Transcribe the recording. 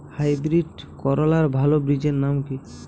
Hybrid করলার ভালো বীজের নাম কি?